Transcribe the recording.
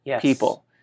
people